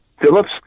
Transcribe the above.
phillips